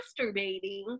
masturbating